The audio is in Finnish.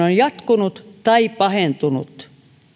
on jatkunut tai pahentunut